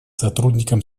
сотрудникам